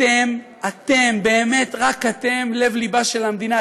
אתם, אתם, באמת רק אתם, לב-לבה של המדינה.